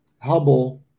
Hubble